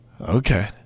Okay